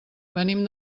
venim